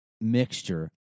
mixture